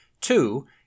Two